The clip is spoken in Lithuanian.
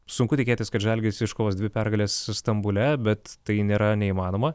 sunku tikėtis kad žalgiris iškovos dvi pergales stambule bet tai nėra neįmanoma